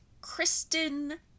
Kristen